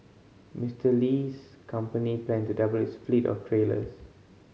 Mister Li's company plan to double its fleet of trailers